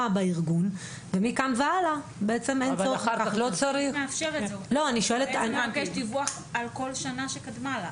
בארגון ומכאן והלאה אין צורך --- מבקשים דיווח על כל שנה שקדמה לה.